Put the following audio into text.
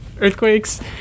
earthquakes